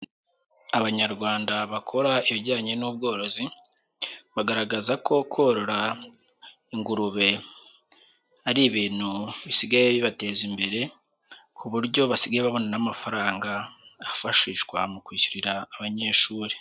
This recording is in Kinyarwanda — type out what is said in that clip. Abanyarwanda bakora ibijyanye n'ubworozi, bagaragaza ko kworora ingurube ari ibintu bisigaye bibateza imbere, ku buryo basigaye babona n'amafaranga afashishwa mu kwishyurira abanyeshuri.